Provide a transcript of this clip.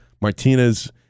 Martinez